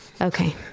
okay